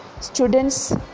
students